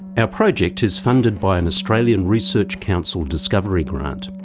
out project is funded by an australian research council discovery grant.